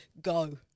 Go